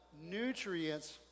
nutrients